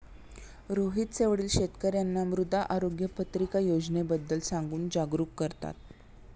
रोहितचे वडील शेतकर्यांना मृदा आरोग्य पत्रिका योजनेबद्दल सांगून जागरूक करतात